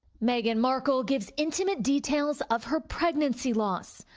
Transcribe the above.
meghan markle gives intimate details of her pregnancy loss.